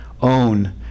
own